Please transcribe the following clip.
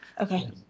Okay